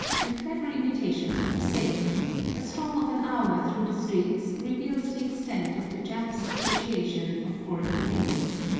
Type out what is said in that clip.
and clever imitations of the same a stroll of an hour through the streets reveals the extent of the japs' appreciation of foreign things.